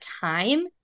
time